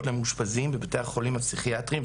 למאושפזים בבתי החולים הפסיכיאטריים,